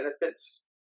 benefits